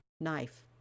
knife